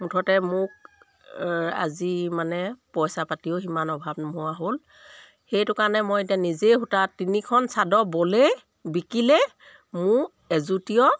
মুঠতে মোক আজি মানে পইচা পাতিও সিমান অভাৱ নোহোৱা হ'ল সেইটো কাৰণে মই এতিয়া নিজেই সূতা তিনিখন চাদৰ বোলে বিকিলে মোৰ এযুটীয়